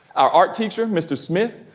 our art teacher, mr. smith,